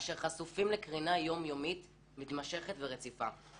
אשר חשופים לקרינה יום-יומית, מתמשכת ורציפה.